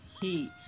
heat